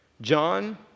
John